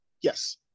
Yes